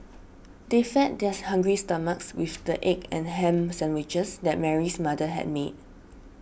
they fed their hungry stomachs with the egg and ham sandwiches that Mary's mother had made